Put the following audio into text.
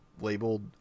labeled